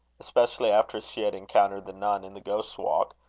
especially after she had encountered the nun in the ghost's walk,